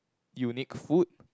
unique food